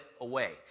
away